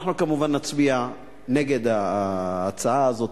אנחנו נצביע כמובן נגד ההצעה הזאת.